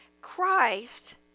Christ